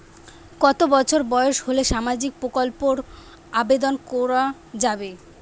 কত বছর বয়স হলে সামাজিক প্রকল্পর আবেদন করযাবে?